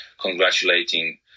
congratulating